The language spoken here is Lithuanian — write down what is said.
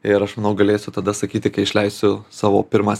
ir aš manau galėsiu tada sakyti kai išleisiu savo pirmą